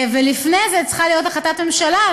ולפני זה צריכה להיות החלטת ממשלה על